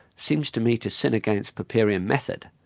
seems to me to sin against popperian method,